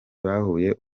bahuye